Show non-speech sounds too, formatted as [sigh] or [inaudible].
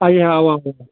[unintelligible]